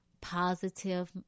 positive